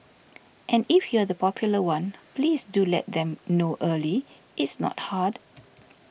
and if you're the popular one please do let them know early it's not hard